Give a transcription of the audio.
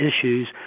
issues